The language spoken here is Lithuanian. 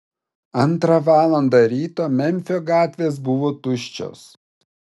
antrą valandą ryto memfio gatvės buvo tuščios